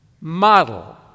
model